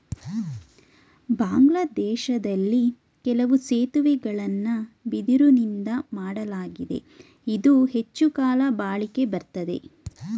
ಬಾಂಗ್ಲಾದೇಶ್ದಲ್ಲಿ ಕೆಲವು ಸೇತುವೆಗಳನ್ನ ಬಿದಿರುನಿಂದಾ ಮಾಡ್ಲಾಗಿದೆ ಇದು ಹೆಚ್ಚುಕಾಲ ಬಾಳಿಕೆ ಬರ್ತದೆ